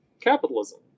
capitalism